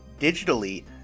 digitally